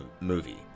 movie